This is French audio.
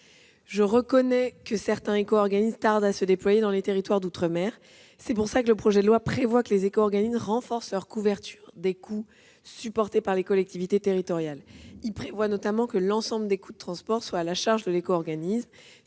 Je reconnais que certains éco-organismes tardent à se déployer dans les territoires d'outre-mer. C'est pour cette raison que le projet de loi prévoit que les éco-organismes doivent renforcer leur couverture des coûts supportés par les collectivités territoriales. Il dispose notamment que l'ensemble des coûts de transport sont à la charge de l'éco-organisme,